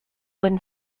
when